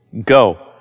Go